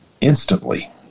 instantly